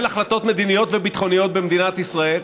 החלטות מדיניות וביטחוניות במדינת ישראל,